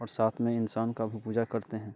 और साथ में इंसान का भी पूजा करते हैं